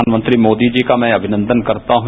प्रधानमंत्री मोदी जी का मैं अभिनन्द करता हूं